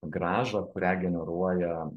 grąžą kurią generuoja